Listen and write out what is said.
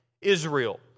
Israel